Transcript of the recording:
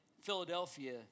Philadelphia